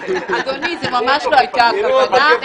אדוני, זו ממש לא הייתה הכוונה.